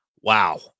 wow